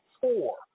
four